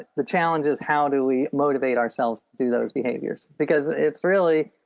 the challenges, how do we motivate ourselves to do those behaviors because it's really